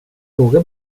fråga